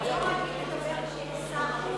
הוא לא רגיל לדבר כשיש שר.